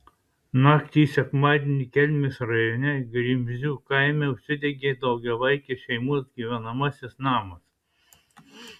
naktį į sekmadienį kelmės rajone grimzių kaime užsidegė daugiavaikės šeimos gyvenamasis namas